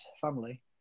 family